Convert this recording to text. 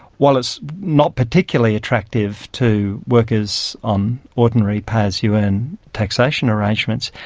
while it's not particularly attractive to workers on ordinary pay-as-you-earn taxation arrangements,